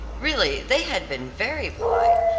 really they had been very polite,